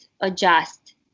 adjust